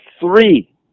three